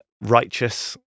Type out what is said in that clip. righteous